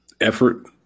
effort